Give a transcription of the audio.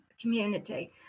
community